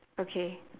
okay